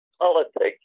politics